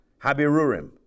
habirurim